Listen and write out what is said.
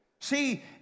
See